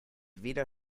weder